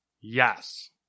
yes